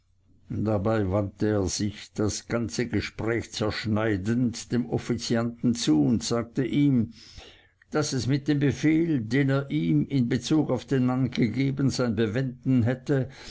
dabei wandte er sich das ganze gespräch zerschneidend dem offizianten zu und sagte ihm daß es mit dem befehl den er ihm in bezug auf den mann gegeben sein bewenden hätte